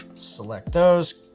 select those.